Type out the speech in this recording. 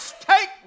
take